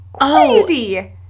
Crazy